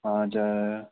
हजुर